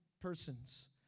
persons